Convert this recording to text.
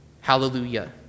hallelujah